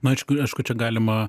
nu aišku aišku čia galima